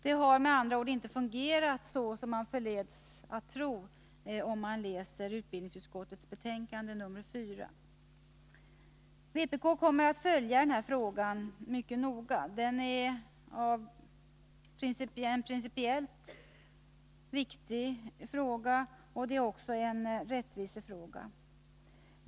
Det har med andra ord inte fungerat så som man förleds att tro om man läser utbildningsutskottets betänkande nr 4. Vpk kommer att följa denna fråga mycket noga. Den är principiellt viktig, och det är också en rättvisefråga.